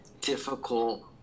difficult –